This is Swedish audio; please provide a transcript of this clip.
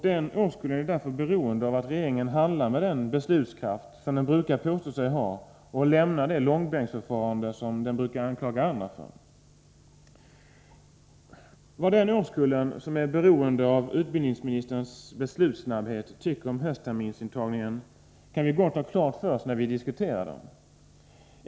Den årskullen är därför beroende av att regeringen handlar med den beslutskraft som den brukar påstå sig ha och lämnar det långbänksförfarande som den brukar anklaga andra för. Vad den årskull som är beroende av utbildningsministerns beslutssnabbhet tycker om höstterminsintagningen kan vi gott ha klart för oss när vi diskuterar den.